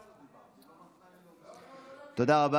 לא, לא לתת.